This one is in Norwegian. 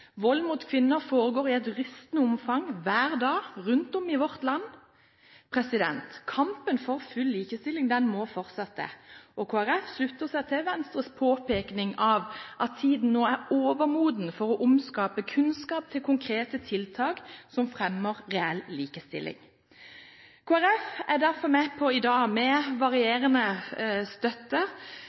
Vold mot kvinner foregår i et rystende omfang hver dag rundt om i vårt land. Kampen for full likestilling må fortsette. Kristelig Folkeparti slutter seg til Venstres påpekning av at tiden nå er overmoden for å omskape kunnskap til konkrete tiltak som fremmer reell likestilling. Kristelig Folkeparti er derfor i dag med på – med varierende støtte,